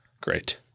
Great